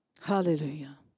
Hallelujah